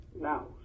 now